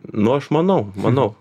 nu aš manau manau